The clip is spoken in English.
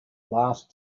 last